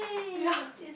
ya